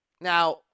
Now